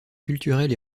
culturel